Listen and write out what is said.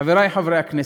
חברי חברי הכנסת,